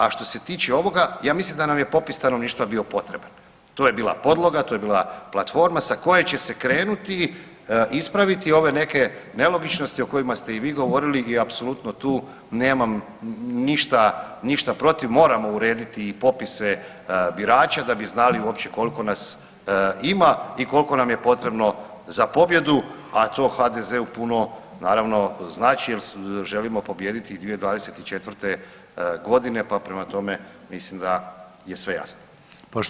A što se tiče ovoga, ja mislim da nam je popis stanovništva bio potreban, to je bila podloga, to je bila platforma sa koje će se krenuti, ispraviti ove neke nelogičnosti o kojima ste i vi govorili i apsolutno tu nemam ništa protiv, moramo urediti i popise birača da bi znali uopće koliko nas ima i koliko nam je potrebno za pobjedu, a to HDZ-u puno, naravno znači jer želimo pobijediti i 2024. g. pa prema tome, mislim da je sve jasno.